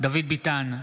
דוד ביטן,